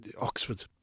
Oxford